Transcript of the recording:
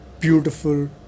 beautiful